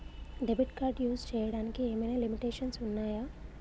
Debit card use చేయడానికి ఏమైనా limitations ఉన్నాయా?